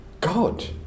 God